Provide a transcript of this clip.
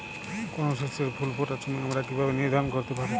কোনো শস্যের ফুল ফোটার সময় আমরা কীভাবে নির্ধারন করতে পারি?